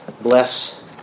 bless